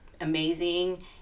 amazing